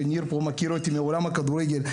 וניר מכיר אותי מעולם הכדורגל.